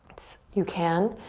you can.